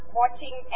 watching